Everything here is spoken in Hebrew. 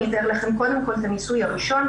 אתן לכם, קודם כול, את הניסוי הראשון.